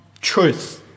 truth